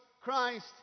Christ